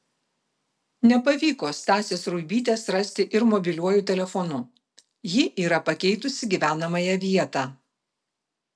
nepavyko stasės ruibytės rasti ir mobiliuoju telefonu ji yra pakeitusi gyvenamąją vietą